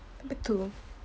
back to